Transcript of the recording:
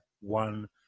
one